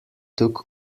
took